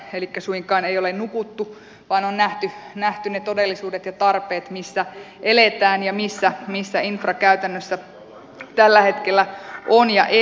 elikkä suinkaan ei ole nukuttu vaan on nähty ne todellisuudet ja tarpeet missä eletään ja missä infra käytännössä tällä hetkellä on ja elää